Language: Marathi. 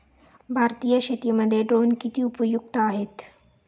भारतीय शेतीमध्ये ड्रोन किती उपयुक्त आहेत?